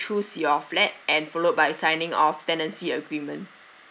choose your flat and followed by signing of tenancy agreement